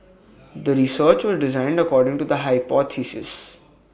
the research was designed according to the hypothesis